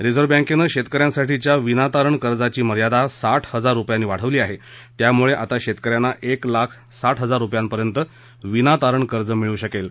reserve बँकेनं शेतकऱ्यांसाठीच्या विनातारण कर्जाची मर्यादा साठ हजार रुपयांनी वाढवली आहे त्यामुळे आता शेतकऱ्यांना एक लाख साठ हजार रुपयांपर्यंत विनातारण कर्ज मिळू शकेल